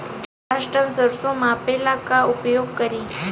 पाँच टन सरसो मापे ला का उपयोग करी?